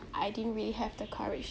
I didn't really have the courage